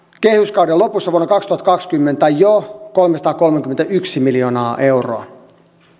kehyskauden lopussa vuonna kaksituhattakaksikymmentä jo kolmesataakolmekymmentäyksi miljoonaa euroa